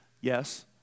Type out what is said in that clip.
Yes